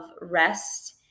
rest